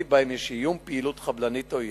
שבהם יש איום של פעילות חבלנית עוינת.